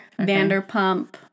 Vanderpump